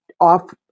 off